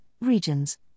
regions